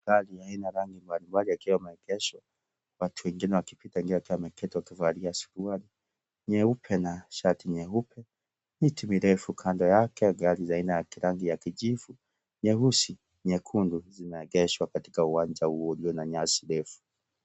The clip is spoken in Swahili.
Gari ya aina mbalimbali yakiwa yameegeshwa watu wengine wakipita njia wakiwa wameketi wakivalia suruali nyeupe na shati nyeupe miti mirefu kando yake gari la aina ya rangi ya kijivu, nyeusi, nyekundu zimeegeshwa katika uwanja huo ulio na nyansi ndefu.